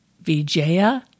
Vijaya